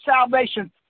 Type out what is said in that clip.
salvation